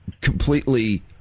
completely